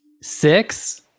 Six